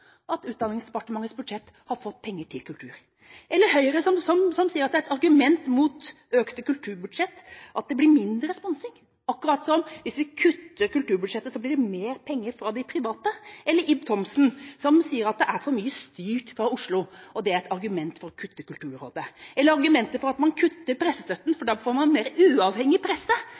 at Utdanningsdepartementets budsjett har fått penger til kultur. Hva med Høyre, som sier at det er et argument mot økte kulturbudsjetter at det blir mindre sponsing – som om det blir mer penger fra de private hvis man kutter kulturbudsjettet – eller Ib Thomsen, som sier at for mye er styrt fra Oslo og at det er et argument for å kutte i Kulturrådet, eller argumentet for å kutte pressestøtten fordi man da får mer uavhengig presse,